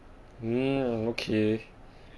mm okay